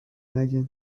نگین